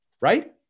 Right